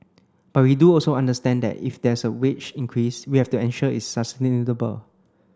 but we do also understand that if there is wage increase we have to ensure it's sustainable